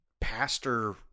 pastor